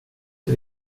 det